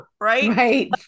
Right